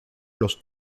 los